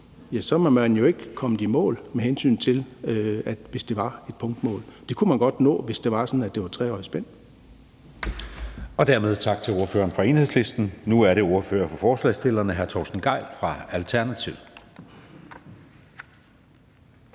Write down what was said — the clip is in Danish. så var man jo ikke kommet i mål med det, altså hvis det var et punktmål. Det kunne man godt nå, hvis det var sådan, at det var et 3-årigt spænd. Kl. 17:08 Anden næstformand (Jeppe Søe): Dermed tak til ordføreren fra Enhedslisten. Nu er det ordføreren for forslagsstillerne, hr. Torsten Gejl fra Alternativet.